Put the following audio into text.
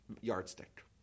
yardstick